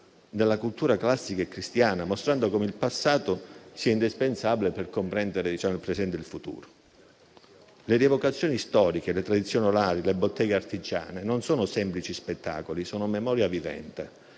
della cultura classica e cristiana, mostrando come il passato sia indispensabile per comprendere il presente e il futuro. Le rievocazioni storiche, le tradizioni orali, le botteghe artigiane non sono semplici spettacoli: sono memoria vivente.